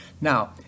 Now